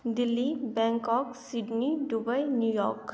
Delhi Bangkok Sydney Dubai New York